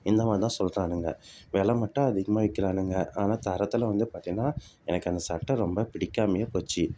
இந்தமாதிரி தான் சொல்றாங்க வெலை மட்டும் அதிகமாக விக்கிறாங்க ஆனால் தரத்தில் வந்து பார்த்திங்கன்னா எனக்கு அந்த சட்டை ரொம்ப பிடிக்காமயே போச்சு